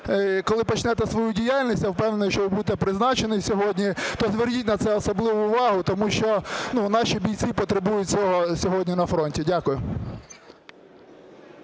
коли почнете свою діяльність – я впевнений, що ви будете призначений сьогодні – то зверніть на це особливу увагу. Тому що наші бійці потребують цього сьогодні на фронті. Дякую.